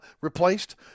replaced